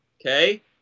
okay